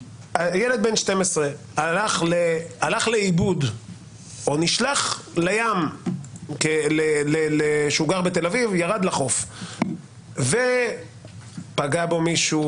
ילד בן 12 שגר בתל אביב הלך לאיבוד בחוף הים או שפגע בו מישהו.